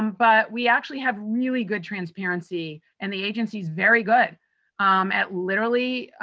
um but we actually have really good transparency. and the agency's very good at, literally,